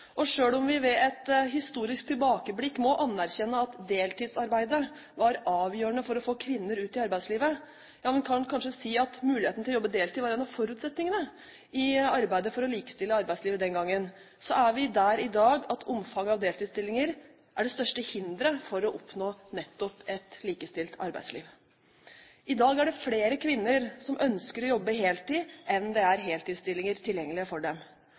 om vi ved et historisk tilbakeblikk må anerkjenne at deltidsarbeidet var avgjørende for å få kvinner ut i arbeidslivet – vi kan kanskje si at muligheten til å jobbe deltid var en av forutsetningene i arbeidet for å likestille arbeidslivet den gangen – er vi der i dag at omfanget av deltidsstillinger er det største hinderet for å oppnå nettopp et likestilt arbeidsliv. I dag er det flere kvinner som ønsker å jobbe heltid enn det er heltidsstillinger tilgjengelige for dem.